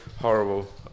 horrible